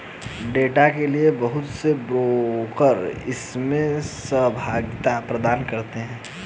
data के लिये बहुत से ब्रोकर इसमें सहभागिता प्रदान करते हैं